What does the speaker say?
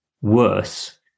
worse